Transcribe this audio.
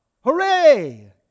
hooray